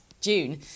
June